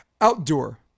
Outdoor